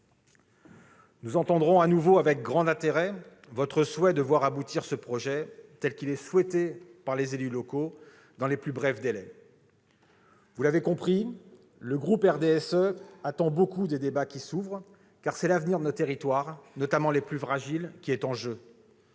Nous entendrons de nouveau avec grand intérêt votre désir de voir aboutir ce projet, tel qu'il est souhaité par les élus locaux, dans les plus brefs délais. Vous l'avez compris, le groupe du RDSE attend beaucoup des débats qui s'ouvrent, car c'est l'avenir de nos territoires, notamment les plus fragiles, qui est en jeu.